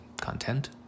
Content